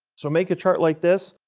so, make a chart like this.